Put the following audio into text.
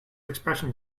expression